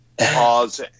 pause